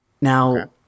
Now